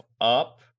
up